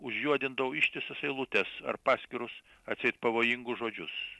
užjuodindavo ištisas eilutės ar paskirus atseit pavojingus žodžius